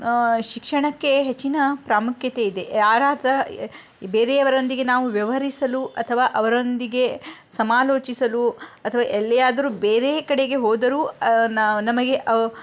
ಶಿಕ್ಷಣಕ್ಕೆ ಹೆಚ್ಚಿನ ಪ್ರಾಮುಖ್ಯತೆ ಇದೆ ಯಾರಾದರೂ ಬೇರೆಯವರೊಂದಿಗೆ ನಾವು ವ್ಯವಹರಿಸಲು ಅಥವಾ ಅವರೊಂದಿಗೆ ಸಮಾಲೋಚಿಸಲು ಅಥವಾ ಎಲ್ಲೇ ಆದರೂ ಬೇರೆಯೇ ಕಡೆಗೆ ಹೋದರೂ ನ ನಮಗೆ ಅವ